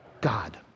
God